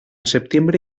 septiembre